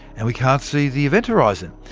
and we can't see the event horizon,